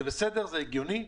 זה הגיוני?